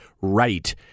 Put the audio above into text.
right